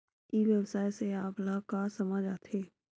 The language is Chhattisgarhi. ई व्यवसाय से आप ल का समझ आथे?